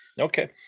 Okay